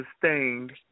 sustained